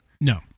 No